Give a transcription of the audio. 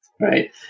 Right